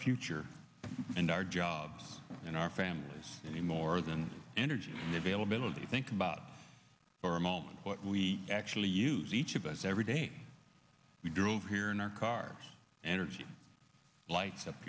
future and our jobs and our families any more than energy and availability think about for a moment what we actually use each of us every day we drove here in our cars energy lights up